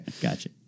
Gotcha